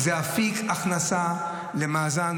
זה אפיק הכנסה למאזן,